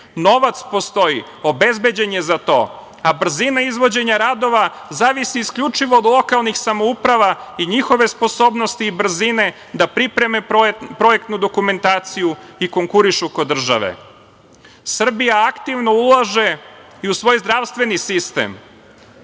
novac postoji, obezbeđen je za to, a brzina izvođenja radova zavisi isključivo od lokalnih samouprava i njihove sposobnosti i brzine da pripreme projektnu dokumentaciju i konkurišu kod države. Srbija aktivno ulaže i u svoj zdravstveni sistem.